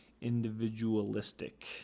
individualistic